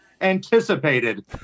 anticipated